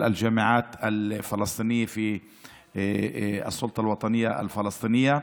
האוניברסיטאות הפלסטיניות ברשות הלאומית הפלסטינית.